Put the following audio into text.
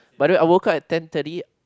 but then I woke up at ten thirty